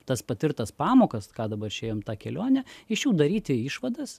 tas patirtas pamokas ką dabar čia ėjom į tą kelionę iš jų daryti išvadas